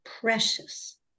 precious